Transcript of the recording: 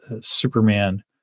superman